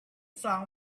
flung